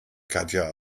katja